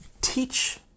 teach